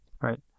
right